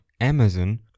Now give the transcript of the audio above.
Amazon